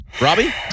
Robbie